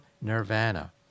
nirvana